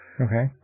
Okay